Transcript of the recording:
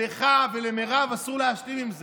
לך ולמרב אסור להשלים עם זה.